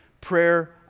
prayer